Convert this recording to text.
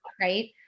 right